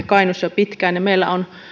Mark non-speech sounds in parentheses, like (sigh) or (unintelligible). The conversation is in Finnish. (unintelligible) kainuussa jo pitkään ja meillä on siellä